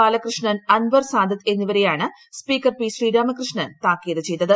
ബാലകൃഷ്ണൻ അൻവർ സാദത്ത് എന്നിവരെയാണ് speaker P Sreeramakrishnan താക്കീത് ചെയ്തത്